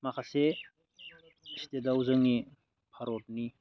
माखासे स्टेटआव जोंनि भारतनि